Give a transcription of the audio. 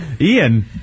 Ian